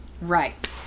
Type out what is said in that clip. right